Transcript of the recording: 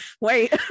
wait